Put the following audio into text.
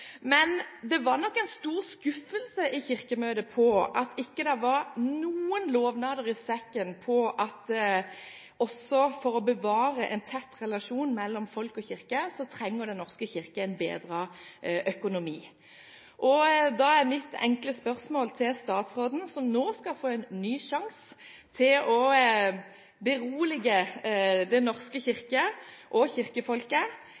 Men det var nok i Kirkemøtet en stor skuffelse over at det ikke var noen lovnader i sekken som handlet om at for å bevare en tett relasjon mellom folk og kirke, trenger Den norske kirke en bedret økonomi. Da er mitt enkle spørsmål til statsråden, som nå skal få en ny sjanse til å berolige Den norske kirke og kirkefolket: